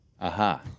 Aha